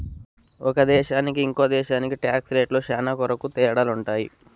ఒక దేశానికి ఇంకో దేశానికి టాక్స్ రేట్లు శ్యానా కొరకు తేడాలుంటాయి